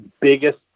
biggest